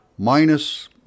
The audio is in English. Minus